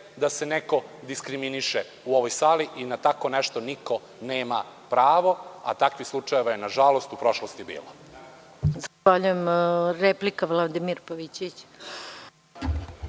da se neko diskriminiše u ovoj sali i na tako nešto niko nema pravo, a takvih slučajeva je nažalost u prošlosti bilo. **Maja Gojković**